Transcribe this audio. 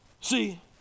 See